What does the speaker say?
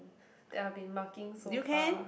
that I been marking so far